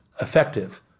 effective